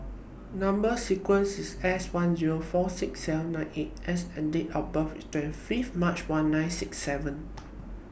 Number sequence IS S one Zero four six seven nine eight S and Date of birth IS twenty Fifth March one nine six seven